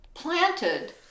planted